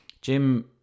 Jim